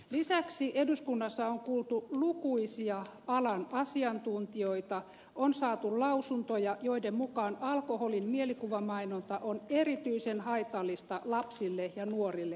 lisäksi eduskunnassa on kuultu lukuisia alan asiantuntijoita on saatu lausuntoja joiden mukaan alkoholin mielikuvamainonta on erityisen haitallista lapsille ja nuorille kohdistettuna